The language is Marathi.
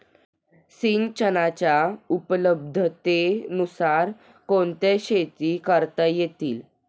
सिंचनाच्या उपलब्धतेनुसार कोणत्या शेती करता येतील?